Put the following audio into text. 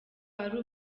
ari